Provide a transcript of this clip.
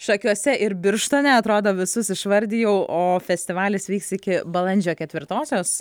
šakiuose ir birštone atrodo visus išvardijau o festivalis vyks iki balandžio ketvirtosios